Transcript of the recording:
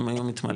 הם היו מתמלאים.